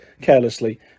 carelessly